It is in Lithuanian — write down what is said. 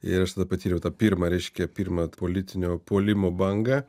ir aš tada patyriau tą pirmą reiškia pirmą politinio puolimo bangą